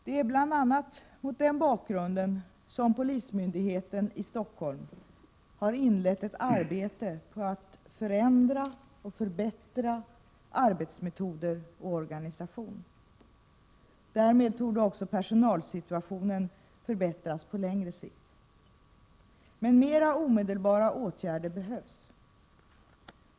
Det är bl.a. mot den bakgrunden som polismyndigheten i Stockholm har inlett ett arbete för att förändra och förbättra arbetsmetoder och organisation. Därmed torde också personalsituationen förbättras på längre sikt. Men mera omedelbara åtgärder behövs.